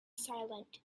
silent